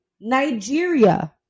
Nigeria